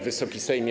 Wysoki Sejmie!